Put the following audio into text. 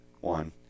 one